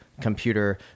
computer